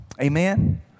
Amen